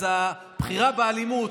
אז הבחירה באלימות,